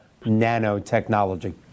nanotechnology